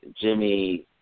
Jimmy